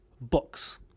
books